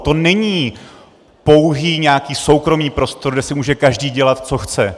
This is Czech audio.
To není pouhý nějaký soukromý prostor, kde si může každý dělat, co chce.